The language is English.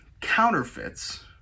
counterfeits